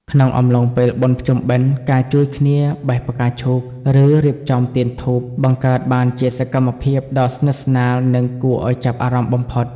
ក្នុងអំឡុងពេលបុណ្យភ្ជុំបិណ្ឌ ការជួយគ្នា "បេះផ្កាឈូក" ឬ "រៀបចំទៀនធូប" បង្កើតបានជាសកម្មភាពដ៏ស្និទ្ធស្នាល និងគួរឱ្យចាប់អារម្មណ៍បំផុត។